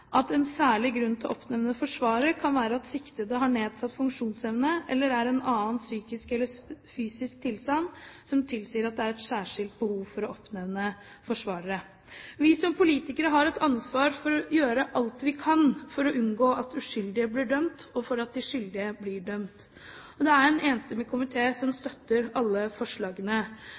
at en særlig grunn til å oppnevne forsvarer kan være at siktede har nedsatt funksjonsevne eller er i en annen psykisk eller fysisk tilstand som tilsier at det er et særskilt behov for å oppnevne forsvarer. Vi som politikere har et ansvar for å gjøre alt vi kan for å unngå at uskyldige blir dømt, og for at de skyldige blir dømt. Det er en enstemmig komité som støtter alle forslagene.